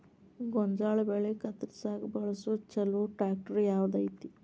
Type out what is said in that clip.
ಗೋಂಜಾಳ ಬೆಳೆ ಕತ್ರಸಾಕ್ ಬಳಸುವ ಛಲೋ ಟ್ರ್ಯಾಕ್ಟರ್ ಯಾವ್ದ್ ಐತಿ?